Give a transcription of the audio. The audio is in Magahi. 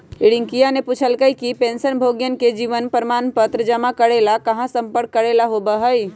रियंकावा ने पूछल कई कि पेंशनभोगियन के जीवन प्रमाण पत्र जमा करे ला कहाँ संपर्क करे ला होबा हई?